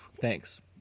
Thanks